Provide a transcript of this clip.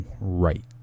right